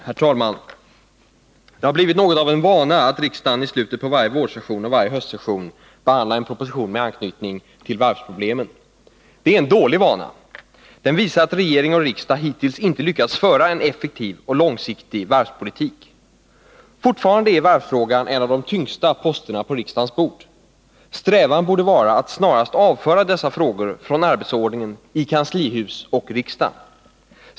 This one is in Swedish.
Herr talman! Det har blivit något av en vana att riksdagen i slutet av varje vårsession och varje höstsession behandlar en proposition med anknytning till varvsproblemen. Det är en dålig vana. Den visar att regering och riksdag hittills inte lyckats föra en effektiv och långsiktig varvspolitik. Fortfarande är varvsfrågan en av de tyngsta posterna på riksdagens bord. Strävan borde vara att snarast avföra dessa frågor från arbetsordningen i kanslihus och riksdag.